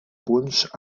punts